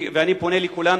ואני פונה לכולנו,